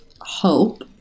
hope